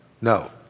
No